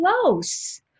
close